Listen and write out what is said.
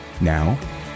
Now